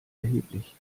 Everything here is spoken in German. erheblich